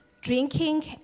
drinking